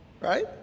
right